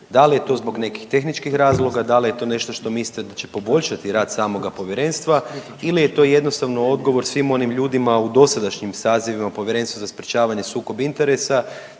Da li je to zbog nekih tehničkih razloga, dal je to nešto što mislite da će poboljšati rad samoga povjerenstva ili je to jednostavno odgovor svim onim ljudima u dosadašnjim sazivima povjerenstva za sprječavanje sukoba interesa